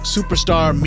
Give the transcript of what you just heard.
Superstar